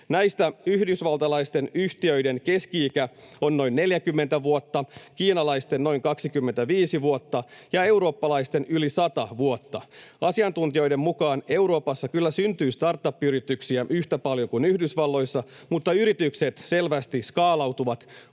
Näistä yhdysvaltalaisten yhtiöiden keski-ikä on noin 40 vuotta, kiinalaisten noin 25 vuotta ja eurooppalaisten yli 100 vuotta. Asiantuntijoiden mukaan Euroopassa kyllä syntyy startup-yrityksiä yhtä paljon kuin Yhdysvalloissa, mutta yritykset selvästi skaalautuvat